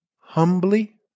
humbly